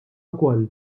wkoll